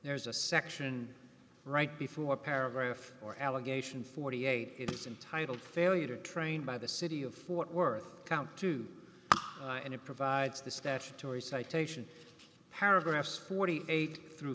there's a section right before a paragraph or alan ation forty eight is entitled failure trained by the city of fort worth count two and it provides the statutory citation paragraphs forty eight through